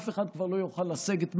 אף אחד כבר לא יוכל לסגת מהם,